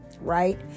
right